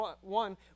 one